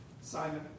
Simon